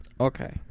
okay